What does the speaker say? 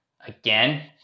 again